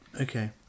Okay